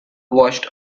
watched